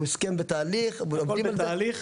הוא הסכם בתהליך -- הכל בתהליך,